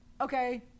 okay